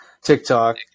TikTok